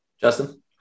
Justin